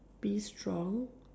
be strong